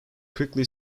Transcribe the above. quickly